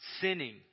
sinning